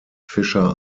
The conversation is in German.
fisher